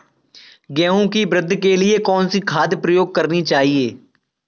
गेहूँ की वृद्धि के लिए कौनसी खाद प्रयोग करनी चाहिए?